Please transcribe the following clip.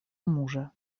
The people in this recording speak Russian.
мужа